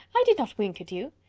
i did not wink at you.